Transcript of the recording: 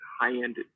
high-end